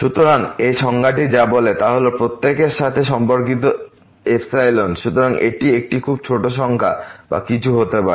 সুতরাং এই সংজ্ঞাটি যা বলে তা হল প্রত্যেকের সাথে সম্পর্কিত সুতরাং এটি একটি খুব ছোট সংখ্যা বা কিছু হতে পারে